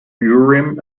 urim